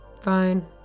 Fine